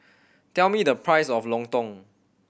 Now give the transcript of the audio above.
tell me the price of lontong